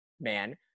man